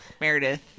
Meredith